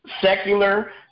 secular